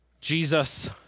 Jesus